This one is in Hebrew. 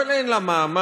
אבל אין לה מעמד,